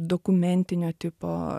dokumentinio tipo